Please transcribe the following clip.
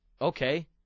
okay